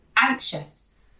anxious